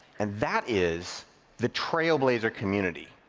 and that is the trailblazer community.